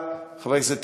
חבר הכנסת טיבי,